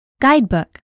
Guidebook